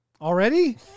Already